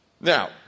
Now